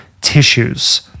tissues